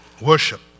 Worship